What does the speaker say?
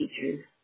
teachers